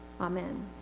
Amen